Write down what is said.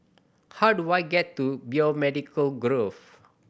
how do I get to Biomedical Grove